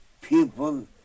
people